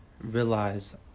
realize